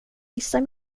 missar